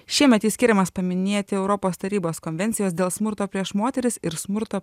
šiemet jis skiriamas paminėti europos tarybos konvencijos dėl smurto prieš moteris ir smurto